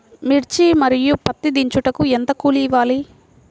మిర్చి మరియు పత్తి దించుటకు ఎంత కూలి ఇవ్వాలి?